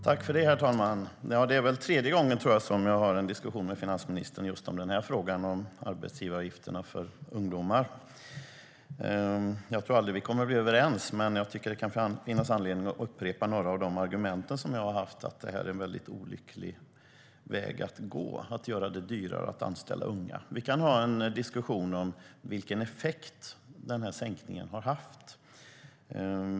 Herr talman! Jag tror att det är tredje gången som jag har en diskussion med finansministern om just denna fråga, alltså frågan om arbetsgivaravgifterna för ungdomar. Vi blir nog aldrig överens, men jag tycker att det kan finnas anledning att upprepa några av de argument som jag har haft om att detta är en mycket olycklig väg att gå, det vill säga att göra det dyrare att anställa unga. Vi kan ha en diskussion om vilken effekt den här sänkningen har haft.